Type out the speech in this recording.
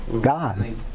God